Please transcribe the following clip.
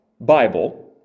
Bible